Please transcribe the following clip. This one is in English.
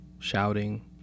Shouting